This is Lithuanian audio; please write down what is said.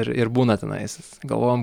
ir ir būna tenais galvojam